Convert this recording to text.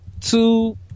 two